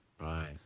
Right